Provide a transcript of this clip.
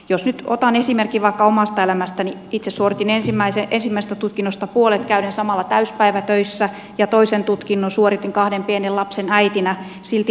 jos nyt otan esimerkin vaikka omasta elämästäni itse suoritin ensimmäisestä tutkinnostani puolet käyden samalla täysipäivätöissä ja toisen tutkinnon suoritin kahden pienen lapsen äitinä silti tavoiteajassa